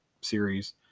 series